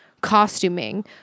costuming